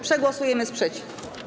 Przegłosujemy sprzeciw.